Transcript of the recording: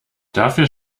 dafür